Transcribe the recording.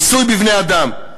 ניסוי בבני-אדם.